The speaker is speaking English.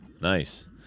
Nice